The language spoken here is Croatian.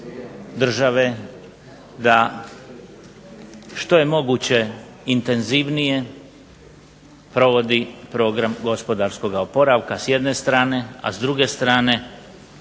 države da je što je moguće intenzivnije provodi program gospodarskog oporavka s jedne strane, a s druge strane